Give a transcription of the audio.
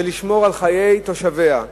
לשמור על חיי תושביה.